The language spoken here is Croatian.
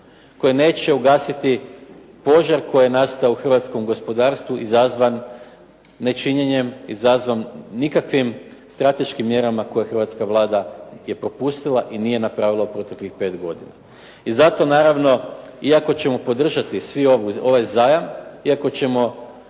koje neće ugasiti požar koji je nastao u hrvatskom gospodarstvu izazvan nečinjenjem, izazvan nikakvim strateškim mjerama koje hrvatska Vlada je propustila i nije napravila u proteklih 5 godina. I zato naravno iako ćemo podržati svi ovaj zajam, iako ćemo